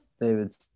David